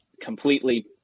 completely